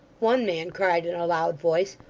one man cried in a loud voice,